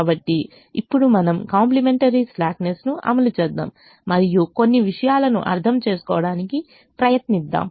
కాబట్టి ఇప్పుడు మనము కాంప్లిమెంటరీ స్లాక్నెస్ను అమలు చేద్దాం మరియు కొన్ని విషయాలను అర్థం చేసుకోవడానికి ప్రయత్నిద్దాం